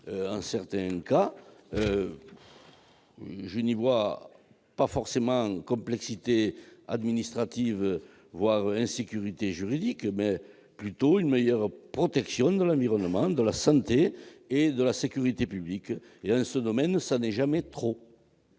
être très utile. Je n'y vois pas forcément une complexité administrative, voire une insécurité juridique, mais plutôt une meilleure protection de l'environnement, de la sécurité et de la santé publiques. En ce domaine, ce n'est jamais trop